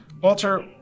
Walter